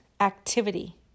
activity